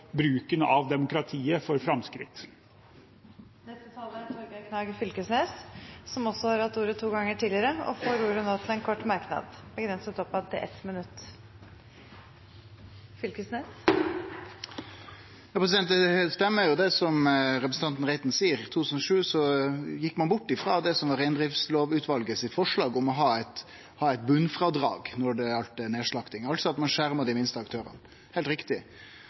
bruken av demokratiet for framskritt. Representanten Torgeir Knag Fylkesnes har hatt ordet to ganger tidligere og får ordet til en kort merknad, begrenset til 1 minutt. Det stemmer, det som representanten Reiten seier, i 2007 gjekk ein bort frå reindriftslovutvalet sitt forslag om å ha eit botnfrådrag når det gjaldt nedslakting, altså at ein skjerma dei minste aktørane – heilt riktig.